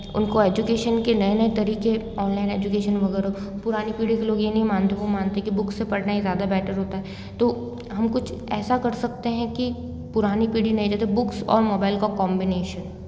उनको एजुकेशन के नये नये तरीके ऑनलाइन एजुकेशन वगैरह पुरानी पीढ़ी के लोग ये नहीं मानते वो मानते हैं के बुक से पढ़ना ही ज़्यादा बैटर होता है तो हम कुछ ऐसा कर सकते हैं कि पुरानी पीढ़ी ने जैसे बुक्स और मोबाइल का काॅम्बिनेशन